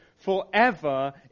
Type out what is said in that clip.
forever